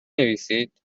نویسید